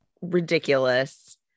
ridiculous